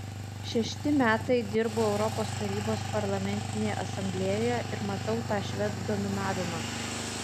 šešti metai dirbu europos tarybos parlamentinėje asamblėjoje ir matau tą švedų dominavimą